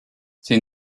ces